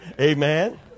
Amen